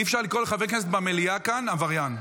אי-אפשר לקרוא לחבר הכנסת במליאה כאן עבריין.